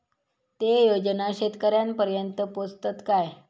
ते योजना शेतकऱ्यानपर्यंत पोचतत काय?